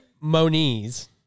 Moniz